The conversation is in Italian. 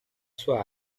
sua